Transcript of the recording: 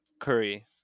Curry